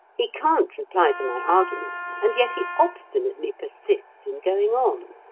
he can't reply to my arguments, and yet he obstinately persists in going on.